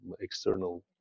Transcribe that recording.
external